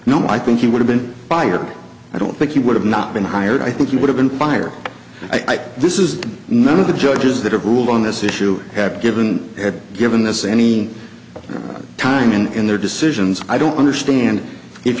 no i think he would have been fired i don't think he would have not been hired i think he would have been fired i think this is none of the judges that have ruled on this issue have given had given this any time and in their decisions i don't understand if